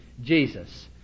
Jesus